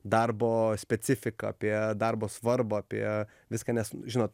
darbo specifiką apie darbo svarbą apie viską nes žinot